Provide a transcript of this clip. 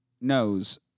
knows